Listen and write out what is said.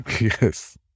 Yes